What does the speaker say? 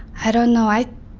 i don't know. i